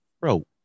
bro